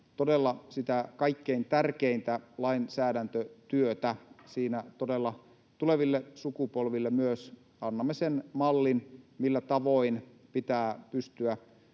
todella sitä kaikkein tärkeintä lainsäädäntötyötä. Siinä todella myös tuleville sukupolville annamme sen mallin, millä tavoin pitää pystyä